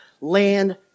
land